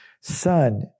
Son